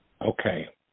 Okay